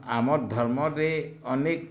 ଆମର୍ ଧର୍ମରେ ଅନେକ୍